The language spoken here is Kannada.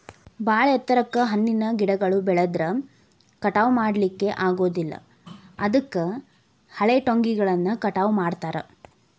ಬಾಳ ಎತ್ತರಕ್ಕ್ ಹಣ್ಣಿನ ಗಿಡಗಳು ಬೆಳದ್ರ ಕಟಾವಾ ಮಾಡ್ಲಿಕ್ಕೆ ಆಗೋದಿಲ್ಲ ಅದಕ್ಕ ಹಳೆಟೊಂಗಿಗಳನ್ನ ಕಟಾವ್ ಮಾಡ್ತಾರ